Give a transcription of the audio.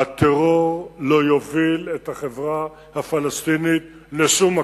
הטרור לא יוביל את החברה הפלסטינית לשום מקום,